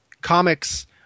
comics